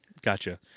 Gotcha